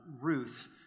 Ruth